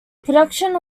production